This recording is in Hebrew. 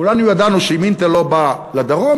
כולנו ידענו שאם "אינטל" לא באה לדרום,